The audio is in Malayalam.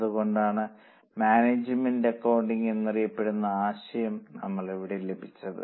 അതുകൊണ്ടാണ് മാനേജ്മെന്റ് അക്കൌണ്ടിംഗ് എന്നറിയപ്പെടുന്ന ആശയം നമ്മൾക്ക് ലഭിച്ചത്